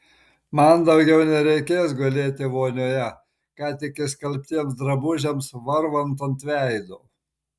man daugiau nereikės gulėti vonioje ką tik išskalbtiems drabužiams varvant ant veido